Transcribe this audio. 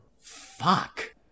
Fuck